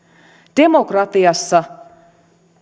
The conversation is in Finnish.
demokratiassa